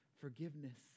forgiveness